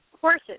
horses